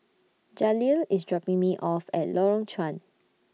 Jaleel IS dropping Me off At Lorong Chuan